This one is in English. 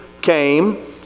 came